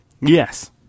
Yes